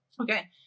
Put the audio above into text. Okay